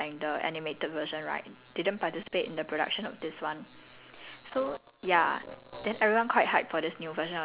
the movie was quite bad because the original producers of avatar legend of aang the animated version right didn't participate in the production of this one